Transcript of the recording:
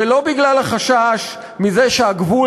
ולא בגלל החשש מזה שהגדר,